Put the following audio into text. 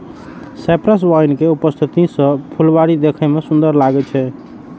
cypress vine के उपस्थिति सं फुलबाड़ी देखै मे सुंदर लागै छै